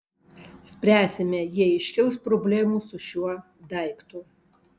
spręsime jei iškils problemų su šiuo daiktu